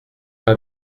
pas